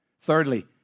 Thirdly